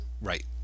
right